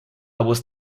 was